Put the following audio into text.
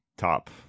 top